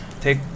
Take